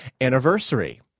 anniversary